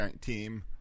team